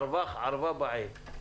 "ערבך ערבא צריך",